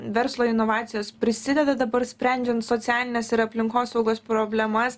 verslo inovacijos prisideda dabar sprendžiant socialines ir aplinkosaugos problemas